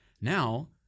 Now